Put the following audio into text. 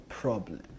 problem